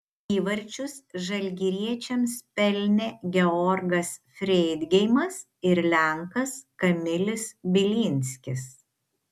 įvarčius žalgiriečiams pelnė georgas freidgeimas ir lenkas kamilis bilinskis